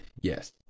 Yes